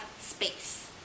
space